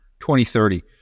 2030